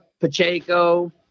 Pacheco